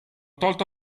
tolto